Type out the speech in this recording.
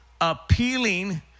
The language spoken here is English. appealing